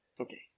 Okay